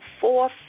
Four